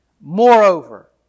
Moreover